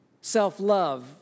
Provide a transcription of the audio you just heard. self-love